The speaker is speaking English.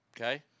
Okay